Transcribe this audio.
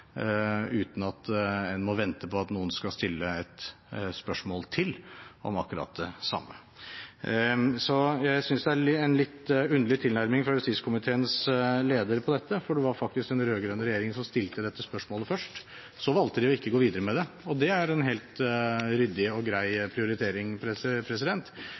uten at en må vente på at noen skal stille et spørsmål til om akkurat det samme. Jeg synes det er en litt underlig tilnærming fra justiskomiteens leder til dette, for det var faktisk den rød-grønne regjeringen som stilte dette spørsmålet først. Så valgte de ikke å gå videre med det, og det er en helt ryddig og